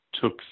took